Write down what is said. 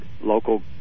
local